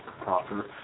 proper